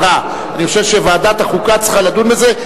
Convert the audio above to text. אני חושב שוועדת החוקה צריכה לדון בזה.